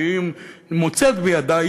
שהיא מוצאת בידה,